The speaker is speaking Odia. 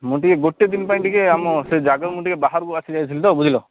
ମୁଁ ଟିକେ ଗୋଟେ ଦିନ ପାଇଁ ଟିକେ ଆମ ସେ ଜାଗାକୁ ମୁଁ ଟିକେ ବାହାରୁକୁ ଆସିଯାଇଥିଲି ତ ବୁଝିଲ